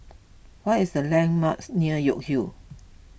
what are the landmarks near York Hill